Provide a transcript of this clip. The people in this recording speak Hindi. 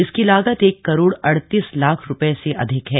इसकी लागत एक करोड़ अड़तीस लाख रुपये से अधिक है